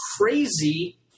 crazy